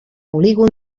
polígon